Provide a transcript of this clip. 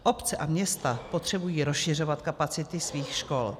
Obce a města potřebují rozšiřovat kapacity svých škol.